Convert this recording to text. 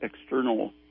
external